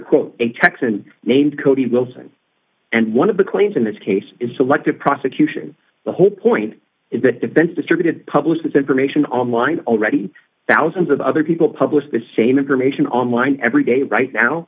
quote a texan named cody wilson and one of the claims in this case is selective prosecution the whole point is that defense distributed publishes information online already thousands of other people publish the same information online every day right now